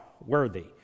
worthy